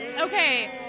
Okay